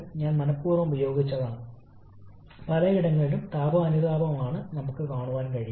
അതിനാൽ മൊത്തം compression work ആവശ്യകത കുറയ്ക്കാൻ നമ്മൾക്ക് കഴിയും